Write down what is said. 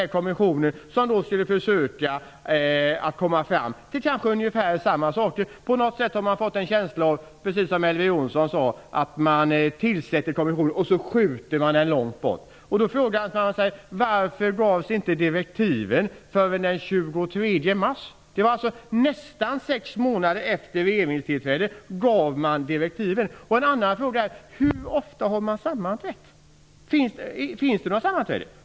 En kommissionen tillsattes för att komma fram till ungefär samma slutsatser. På något sätt har man fått en känsla av, precis som Elver Jonsson sade, att kommissionen tillsätts och att den sedan får minskad betydelse. Man frågar sig varför inte direktiven gavs förrän den 23 mars, dvs. nästan sex månader efter regeringstillträdet. En annan fråga är hur ofta kommissionen har sammanträtt. Har det varit några sammanträden?